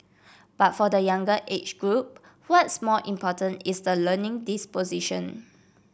but for the younger age group what's more important is the learning disposition